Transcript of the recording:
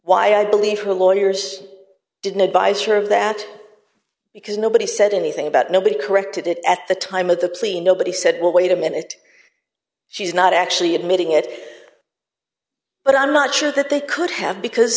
why i believe her lawyers didn't advice sure of that because nobody said anything about nobody corrected it at the time of the plea nobody said well wait a minute she's not actually admitting it but i'm not sure that they could have because